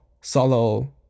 solo